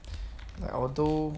like although